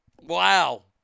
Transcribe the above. Wow